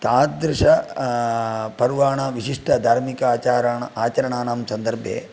तादृश पर्वाणां विशिष्टधार्मिक आचाराणां आचरणानां सन्दर्भे